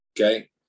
okay